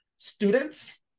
students